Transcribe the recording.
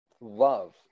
love